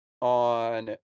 on